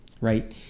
right